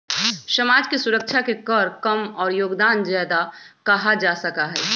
समाज के सुरक्षा के कर कम और योगदान ज्यादा कहा जा सका हई